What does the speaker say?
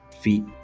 feet